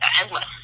endless